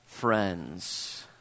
friends